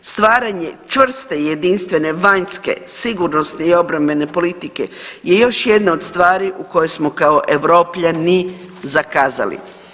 Stvaranje čvrste i jedinstvene vanjske, sigurnosne i obrambene politike je još jedna od stvari u kojoj smo kao Europljani zakazali.